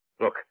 Look